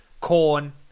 Corn